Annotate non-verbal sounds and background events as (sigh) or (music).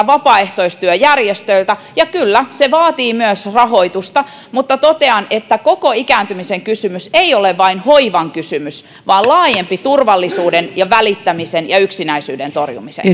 (unintelligible) vapaaehtoistyöjärjestöiltä ja kyllä se vaatii myös rahoitusta mutta totean että koko ikääntymisen kysymys ei ole vain hoivan kysymys vaan laajempi turvallisuuden ja välittämisen ja yksinäisyyden torjumisen (unintelligible)